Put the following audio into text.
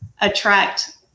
attract